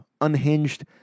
unhinged